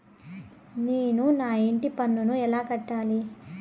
నేను నా ఇంటి పన్నును ఎలా కట్టాలి?